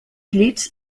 llits